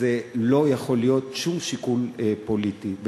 שלא יכול להיות שום שיקול פוליטי.